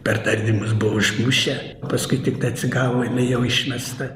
per tardymus buvo užmušę paskui tiktai atsigavo jinai jau išmesta